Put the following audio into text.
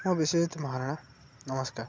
ହଁ ବିଶ୍ୱଜିତ୍ ମହାରଣା ନମସ୍କାର